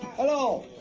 hello!